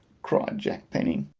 cried jack penny.